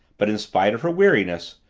but, in spite of her weariness,